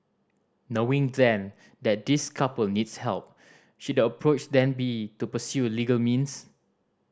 knowing then that this couple needs help should approach then be to pursue legal means